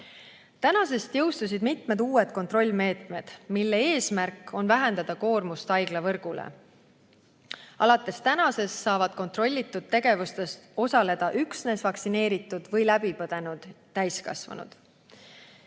Tänasest jõustusid mitmed uued kontrollmeetmed, mille eesmärk on vähendada koormust haiglavõrgule. Alates tänasest saavad kontrollitud tegevustes osaleda üksnes vaktsineeritud või läbi põdenud täiskasvanud.